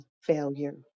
failure